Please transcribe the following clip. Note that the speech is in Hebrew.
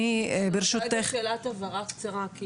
אפשר לשאול שאלת הבהרה קצרה.